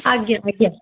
ଆଜ୍ଞା ଆଜ୍ଞା